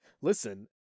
listen